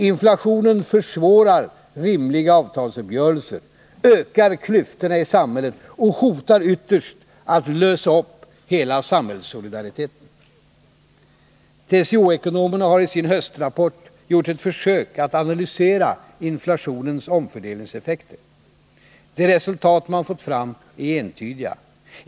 Inflationen försvårar rimliga avtalsuppgörelser, ökar klyftorna i samhället och hotar ytterst att lösa upp hela samhällssolidariteten. TCO-ekonomerna har i sin höstrapport gjort ett försök att analysera inflationens omfördelningseffekter. De resultat man fått fram är entydiga.